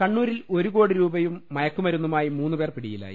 കണ്ണൂരിൽ ഒരു കോടി രൂപയും മയക്കുമരുന്നുമായി മൂന്ന് പേർ പിടിയിലായി